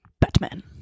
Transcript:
Batman